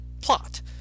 plot